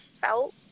felt